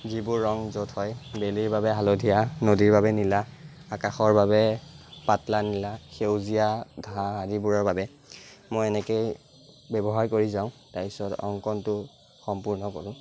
যিবোৰ ৰং য'ত হয় বেলিৰ বাবে হালধীয়া নদীৰ বাবে নীলা আকাশৰ বাবে পাতল নীলা সেউজীয়া ঘাঁহ আদিবোৰৰ বাবে মই এনেকে ব্যৱহাৰ কৰি যাওঁ তাৰপিছত অংকনটো সম্পূৰ্ণ কৰোঁ